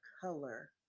color